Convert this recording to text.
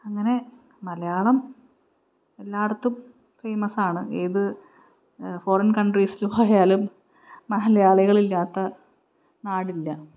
അങ്ങനെ മലയാളം എല്ലാടത്തും ഫേമസാണ് ഏത് ഫോറിൻ കൺട്രീസിൽ പോയാലും മലയാളികളില്ലാത്ത നാടില്ല